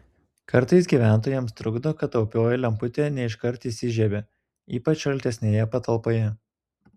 kartais gyventojams trukdo kad taupioji lemputė ne iškart įsižiebia ypač šaltesnėje patalpoje